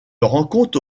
rencontre